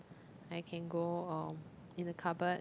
I can go um in the cupboard